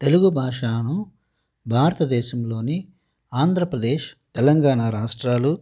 తెలుగు భాషను భారతదేశంలోని ఆంధ్రప్రదేశ్ తెలంగాణ రాష్ట్రాలు